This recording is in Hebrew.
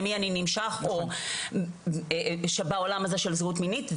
למי אני נמשך או שייך לעולם הזה של זהות מינית.